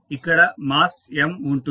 ఇక్కడ mass M ఉంటుంది